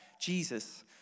Jesus